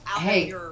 hey